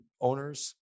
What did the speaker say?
Owners